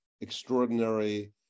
extraordinary